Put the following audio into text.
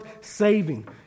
saving